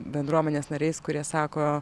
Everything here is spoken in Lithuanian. bendruomenės nariais kurie sako